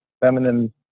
feminine